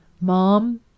mom